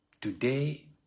Today